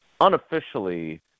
unofficially –